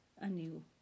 anew